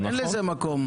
אין לזה מקום.